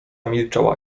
milczała